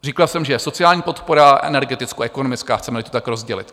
Říkal jsem, že je sociální podpora a energetickoekonomická, chcemeli to tak rozdělit.